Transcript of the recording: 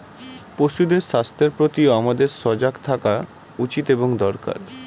পশুদের স্বাস্থ্যের প্রতিও আমাদের সজাগ থাকা উচিত এবং দরকার